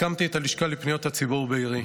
הקמתי את הלשכה לפניות הציבור בעירי.